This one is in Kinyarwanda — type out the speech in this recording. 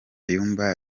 nyuma